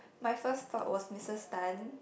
my first talk was Missus Tan